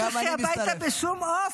אני מצטרף.